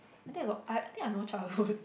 I think I got I think I no childhood